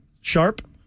Sharp